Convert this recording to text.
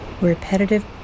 repetitive